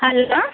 hello